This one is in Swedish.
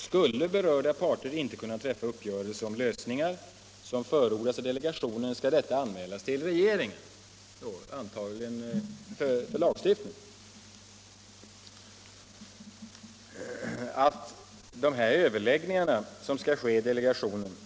Skulle berörda parter inte kunna träffa uppgörelse om lösningar som förordats av delegationen skall detta anmälas till regeringen” — antagligen för lagstiftning.